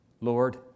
Lord